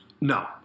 No